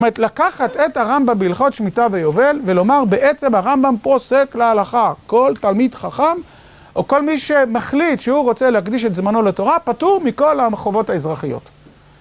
זאת אומרת, לקחת את הרמב״ם בהלכות שמיטה ויובל ולומר, בעצם הרמב״ם פוסק להלכה. כל תלמיד חכם, או כל מי שמחליט שהוא רוצה להקדיש את זמנו לתורה, פטור מכל החובות האזרחיות.